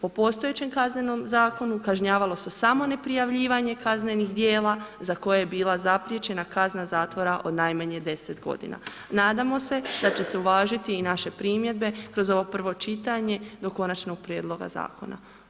Po postojećem kaznenom zakonu, kažnjavalo se samo neprijavljivanje kaznenih dijela, za koje je bilo zapriječena kazna zatvora od najmanje 10 g. Nadamo se da će se uvažiti i naše primjedbe kroz ovo prvo čitanje, do konačnog prijedloga zakona.